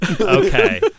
Okay